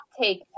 take